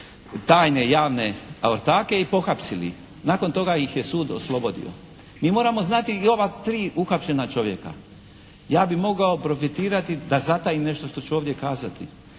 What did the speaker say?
tajne, javne ortake i pohapsili ih. Nakon toga ih je sud oslobodio. Mi moramo znati i ova tri uhapšena čovjeka. Ja bih mogao profitirati da zatajim nešto što ću ovdje kazati.